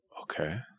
Okay